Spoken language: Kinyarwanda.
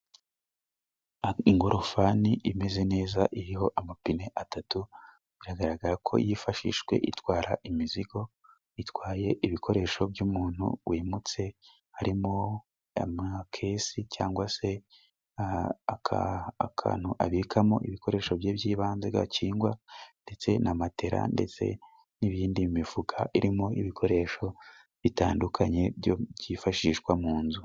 Ingorofani imeze neza iriho amapine atatu, biragaragara ko yifashishwe itwara imizigo, itwaye ibikoresho by'umuntu wimutse, harimo amakesi cyangwa se akantu abikamo ibikoresho bye by'ibanze gakingwa ndetse na matera ndetse n'iyindi mifuka irimo ibikoresho bitandukanye byifashishwa mu nzu.